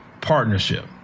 partnership